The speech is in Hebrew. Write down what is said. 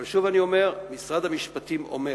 אבל שוב אני אומר, משרד המשפטים אומר